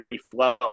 flow